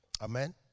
Amen